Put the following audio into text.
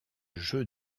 jeux